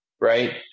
right